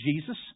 Jesus